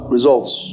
Results